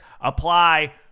apply